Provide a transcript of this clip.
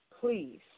please